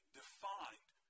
defined